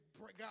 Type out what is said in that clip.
God